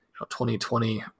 2020